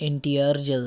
ఎన్టిఆర్ జిల్లా